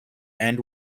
end